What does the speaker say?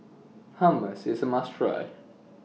Hummus IS A must Try